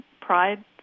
pride